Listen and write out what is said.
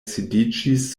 sidiĝis